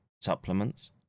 supplements